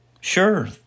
Sure